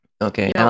okay